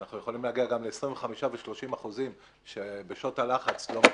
אנחנו יכולים להגיע גם ל-25% ו-30% שבשעות הלחץ לא מתקפים.